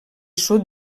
sud